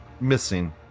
missing